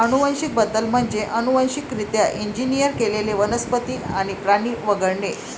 अनुवांशिक बदल म्हणजे अनुवांशिकरित्या इंजिनियर केलेले वनस्पती आणि प्राणी वगळणे